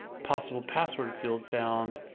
possible password field found,